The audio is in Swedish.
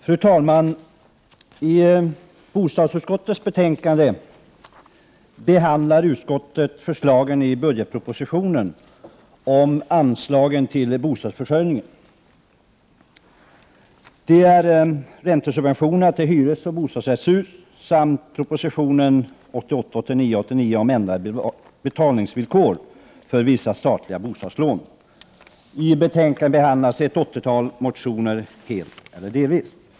Fru talman! I bostadsutskottets betänkande nr 7 behandlar utskottet förslagen i budgetpropositionen om anslag till bostadsförsörjningen, proposition 1988 89:89 om ändrade betalningsvillkor för vissa statliga bostadslån m.m. I betänkandet behandlas dessutom ett åttiotal motioner helt eller delvis.